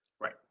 right